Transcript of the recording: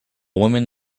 woman